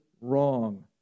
wrong